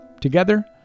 Together